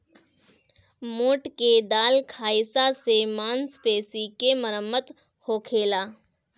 मोठ के दाल खाईला से मांसपेशी के मरम्मत होखेला